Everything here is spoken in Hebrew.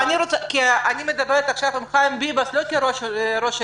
אני מדברת עכשיו עם חיים ביבס לא כראש עיריית